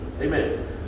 Amen